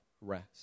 rest